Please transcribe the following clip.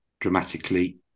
dramatically